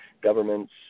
governments